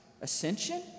ascension